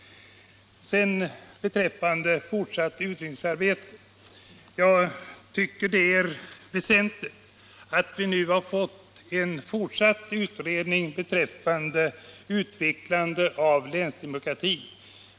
Beträffande fortsatt utredningsarbete tycker jag att det är väsentligt att vi nu har fått en fortsatt utredning om utvecklande av länsdemokratin.